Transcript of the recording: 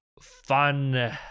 fun